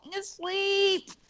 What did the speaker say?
asleep